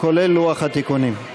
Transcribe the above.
כולל לוח התיקונים.